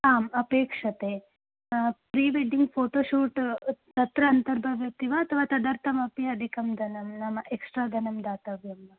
आम् अपेक्षते prewedding photo shoot तत्र अन्तर्भवति वा अथवा तदर्थमपि अधिकं धनं नाम एक्स्ट्रा धनं दातव्यं वा